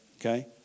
Okay